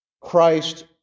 Christ